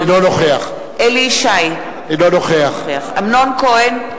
אינו נוכח אליהו ישי, אינו נוכח אמנון כהן,